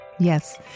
Yes